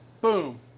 Boom